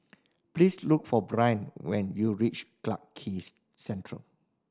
please look for Bryn when you reach Clarke Quay Central